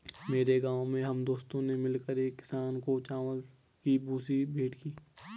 मेरे गांव में हम दोस्तों ने मिलकर एक किसान को चावल की भूसी भेंट की